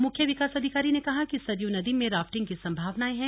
मुख्य विकास अधिकारी ने कहा कि सरयू नदी में राफ्टिंग की संभावनाएं हैं